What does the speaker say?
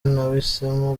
nahisemo